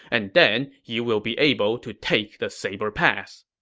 and then you will be able to take the saber pass.